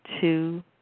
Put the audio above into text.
two